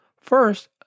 First